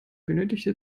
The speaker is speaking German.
benötigte